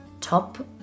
Top